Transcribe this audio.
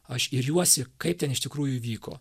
aš iriuosi kaip ten iš tikrųjų vyko